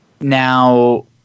Now